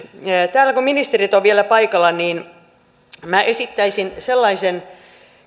täällä kun ministerit ovat vielä paikalla niin minä esittäisin sellaisen